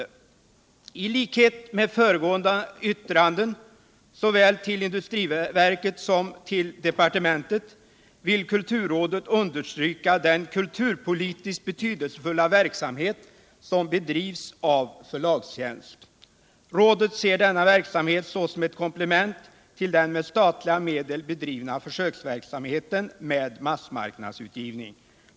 "I likhet med föregående yttranden, såväl till industriverket som till departementet, vill kulturrådet understryka den kulturpolitiskt betydelsefulla verksamhet som bedrivs av Förlagstjänst. Rådet ser denna verksamhet såsom ett komplement till den med statliga medel bedrivna försöksverksamheten med massmarknadsutgivning.